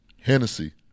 Hennessy